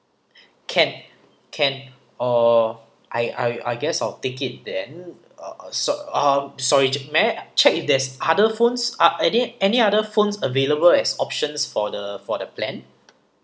can can or I I I guess of take it then uh sor~ uh sorry may I check if there's other phones are there any other phones available as options for the for the plan